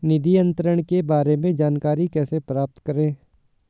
निधि अंतरण के बारे में जानकारी कैसे प्राप्त करें?